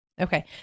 Okay